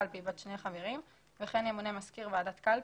קלפי בת שני חברים וכן ימונה מזכיר ועדת קלפי.